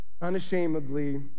unashamedly